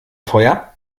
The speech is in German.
feuer